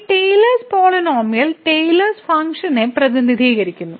ഈ Taylor's polynomial Taylor's ഫങ്ക്ഷനെ പ്രതിനിധീകരിക്കുന്നു